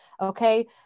okay